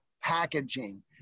packaging